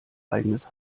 eigenes